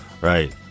right